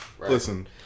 Listen